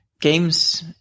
games